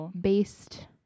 based